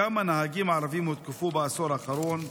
1. כמה נהגים ערבים הותקפו בעשור האחרון?